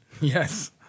Yes